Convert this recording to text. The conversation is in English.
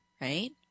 right